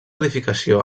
edificació